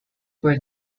were